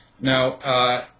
Now